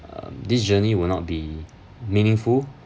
um this journey will not be meaningful